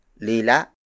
lila